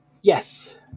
yes